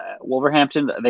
Wolverhampton